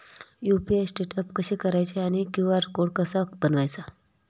UPI setup कसे करायचे आणि क्यू.आर कोड कसा बनवायचा?